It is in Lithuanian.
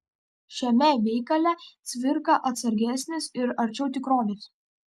šiame veikale cvirka atsargesnis ir arčiau tikrovės